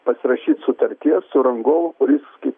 pasirašyt sutarties su rangovu kuris kaip